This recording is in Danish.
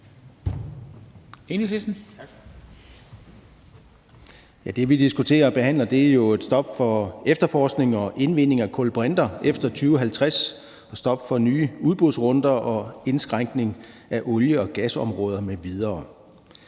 Det, vi diskuterer og behandler, er jo et stop for efterforskning og indvinding af kulbrinter efter 2050, et stop for nye udbudsrunder og en indskrænkning af olie- og gasområder m.v.